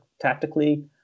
tactically